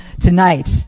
tonight